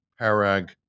Parag